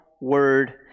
word